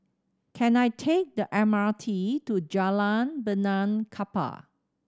can I take the M R T to Jalan Benaan Kapal